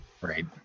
Right